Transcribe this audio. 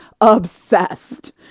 obsessed